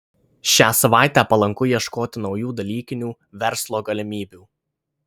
šią savaitę palanku ieškoti naujų dalykinių verslo galimybių